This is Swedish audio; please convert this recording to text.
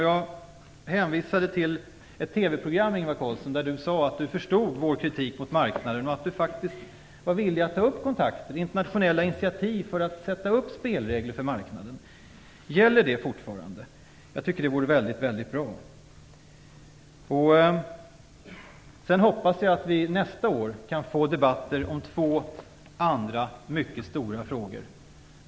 Jag hänvisade tidigare till ett TV-program där Ingvar Carlsson sade att han förstod vår kritik mot marknaden och att han faktiskt var villig att ta kontakter, att internationellt ta initiativ för att ställa upp spelregler för marknaden. Gäller det fortfarande? Det vore väldigt bra. Jag hoppas att vi nästa år kan få debatter om två andra mycket stora frågor.